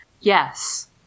Yes